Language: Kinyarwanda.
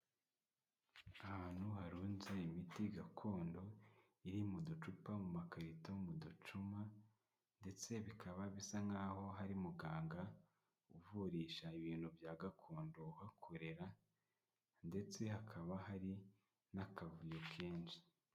Ahantu harunze imiti gakondo iri mu ducupa, mu makarito, mu ducuma ndetse bikaba bisa nkaho hari muganga uvurisha ibintu bya gakondo uhakorera ndetse hakaba hari n'akavuyo kenshi.